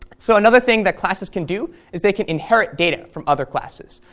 so another thing that classes can do is they can inherit data from other classes.